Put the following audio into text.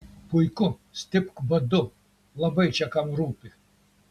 puiku stipk badu labai čia kam rūpi